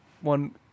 one